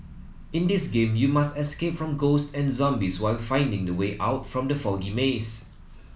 in this game you must escape from ghost and zombies while finding the way out from the foggy maze